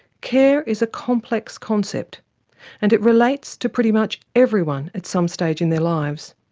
care is a complex concept and it relates to pretty much everyone at some stage in their lives.